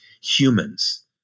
humans